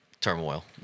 turmoil